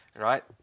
right